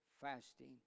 fasting